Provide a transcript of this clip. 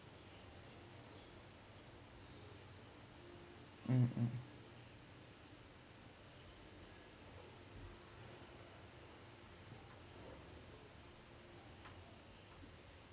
mm hmm